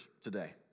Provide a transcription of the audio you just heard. today